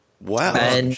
Wow